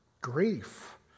grief